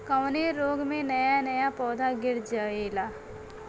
कवने रोग में नया नया पौधा गिर जयेला?